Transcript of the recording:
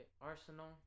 Arsenal